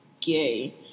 gay